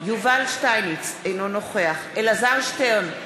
יובל שטייניץ, אינו נוכח אלעזר שטרן,